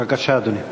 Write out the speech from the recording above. בבקשה, אדוני.